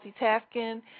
multitasking